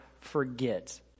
forget